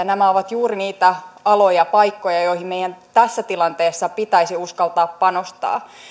nämä ovat juuri niitä aloja paikkoja joihin meidän tässä tilanteessa pitäisi uskaltaa panostaa